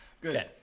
good